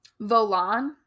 volan